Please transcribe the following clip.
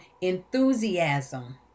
enthusiasm